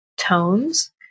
tones